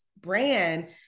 brand